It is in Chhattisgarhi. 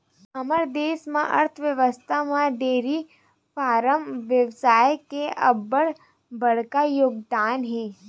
हमर देस के अर्थबेवस्था म डेयरी फारम बेवसाय के अब्बड़ बड़का योगदान हे